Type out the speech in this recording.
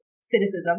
cynicism